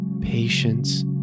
patience